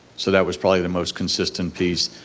so that was probably the most consistent piece.